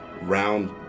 round